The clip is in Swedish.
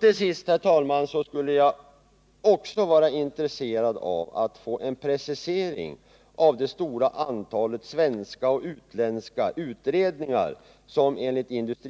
Till sist, herr talman, skulle det vara intressant att få en precisering av det stora antalet svenska och utländska utredningar som enligt